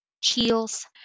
chills